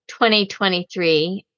2023